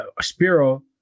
spiro